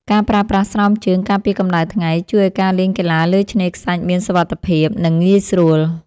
ការប្រើប្រាស់ស្រោមជើងការពារកម្ដៅថ្ងៃជួយឱ្យការលេងកីឡាលើឆ្នេរខ្សាច់មានសុវត្ថិភាព និង ងាយស្រួល។